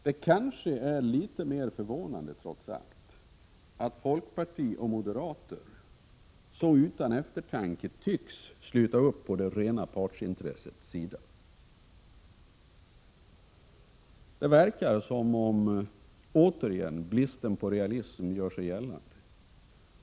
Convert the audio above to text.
Det kanske är litet mer förvånande trots allt att folkpartiet och moderaterna så utan eftertanke tycks sluta upp på det rena partsintressets sida. Det verkar som om, återigen, bristen på realism gör sig gällande.